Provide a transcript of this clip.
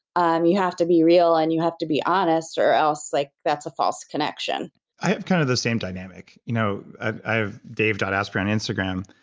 um you have to be real and you have to be honest, or else like that's a false connection i have kind of the same dynamic. you know and i have dave asprey on instagram,